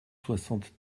soixante